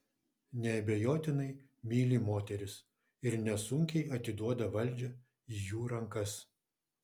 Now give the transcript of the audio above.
neabejotinai myli moteris ir nesunkiai atiduoda valdžią į jų rankas